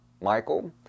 Michael